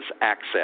access